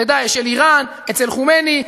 ב"דאעש" של איראן אצל חומייני,